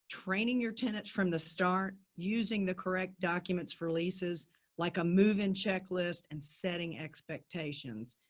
training your tenants from the start using the correct documents for leases like a move in checklist and setting expectations.